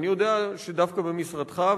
אני יודע שדווקא במשרדך,